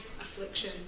affliction